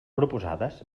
proposades